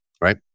right